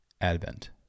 Advent